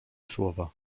słowa